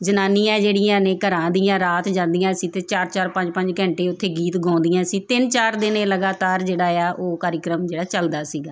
ਜਨਾਨੀਆਂ ਜਿਹੜੀਆਂ ਨੇ ਘਰਾਂ ਦੀਆਂ ਰਾਤ ਜਾਂਦੀਆਂ ਸੀ ਅਤੇ ਚਾਰ ਚਾਰ ਪੰਜ ਪੰਜ ਘੰਟੇ ਉੱਥੇ ਗੀਤ ਗਾਉਂਦੀਆਂ ਸੀ ਤਿੰਨ ਚਾਰ ਦਿਨ ਇਹ ਲਗਾਤਾਰ ਜਿਹੜਾ ਆ ਉਹ ਕਾਰਿਆ ਕਰਮ ਜਿਹੜਾ ਚੱਲਦਾ ਸੀਗਾ